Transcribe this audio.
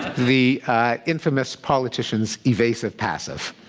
the infamous politician's evasive passive.